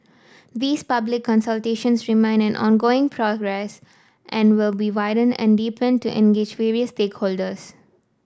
these public consultations remain an ongoing progress and will be widened and deepened to engage various stakeholders